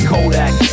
Kodak